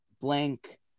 blank